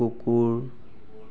কুকুৰ